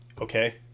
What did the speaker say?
okay